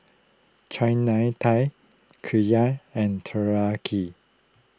Chana Dal Okayu and Teriyaki